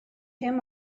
him